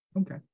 Okay